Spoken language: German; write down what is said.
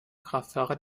kraftfahrer